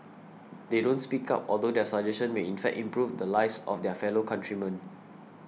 they don't speak up although their suggestion may in fact improve the lives of their fellow countrymen